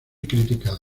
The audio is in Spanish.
criticado